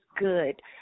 good